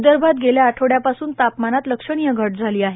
विदर्भात गेल्या आठवड्यापासून तापमानात लक्षणिय घट झाली आहे